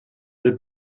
del